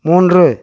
மூன்று